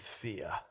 fear